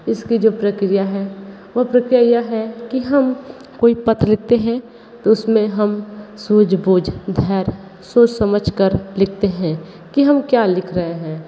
इसकी जो प्रक्रिया हैं वो प्रक्रिया यह है कि हम कोई पत्र लिखते हैं तो उसमें हम सूझ बुझ धैर्य सोच समझकर लिखते हैं कि हम क्या लिख रहे हैं